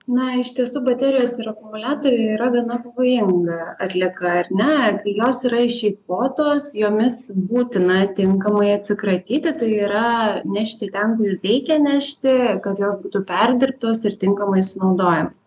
na iš tiesų baterijos ir akumuliatoriai yra gana pavojinga atlieka ir ne kai jos yra išeikvotos jomis būtina tinkamai atsikratyti tai yra nešti ten kur ir reikia nešti kad jos būtų perdirbtos ir tinkamai sunaudojamos